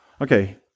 okay